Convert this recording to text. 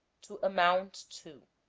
to amount to